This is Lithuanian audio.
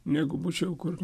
negu būčiau kur